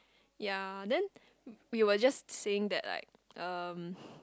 ya then we were just saying that like um